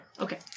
Okay